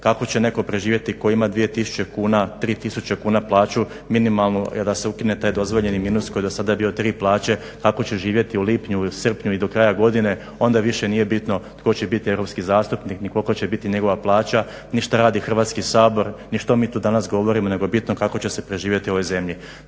kako će netko preživjeti ko ima 2000 kuna, 3000 kuna plaću, minimalno je da se ukine taj dozvoljeni minus koji je do sada bio 3 plaće, kako će živjeti u lipnju, srpnju i do kraja godine? Onda više nije bitno tko će biti europski zastupnik, ni koliko će bit njegova plaća, ni šta radi Hrvatski sabor, ni što mi tu danas govorimo nego je bitno kako će se preživjeti u ovoj zemlji.